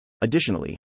Additionally